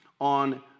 on